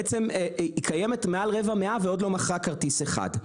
בעצם היא קיימת מעל רבע מאה ועוד לא מכרה כרטיס אחד,